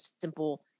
simple